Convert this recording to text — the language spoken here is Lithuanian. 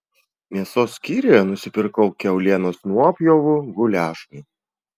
mėsos skyriuje nusipirkau kiaulienos nuopjovų guliašui